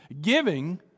Giving